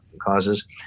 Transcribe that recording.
causes